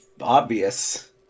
obvious